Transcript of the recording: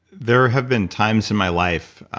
there have been times in my life,